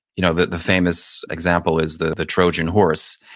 you know the the famous example is the the trojan horse,